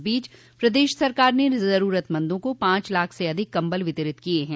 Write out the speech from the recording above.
इस बीच प्रदेश सरकार ने जरूरतमंदों को पांच लाख से अधिक कंबल वितरित किये हैं